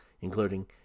including